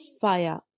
fire